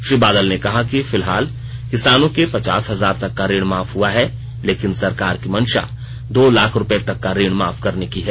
श्री बादल ने कहा कि फिलहाल किसानों के पचास हजार तक का ऋण माफ हुआ है लेकिन सरकार की मंशा दो लाख रुपये तक का ऋण माफ करने की है